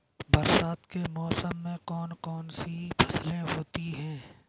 बरसात के मौसम में कौन कौन सी फसलें होती हैं?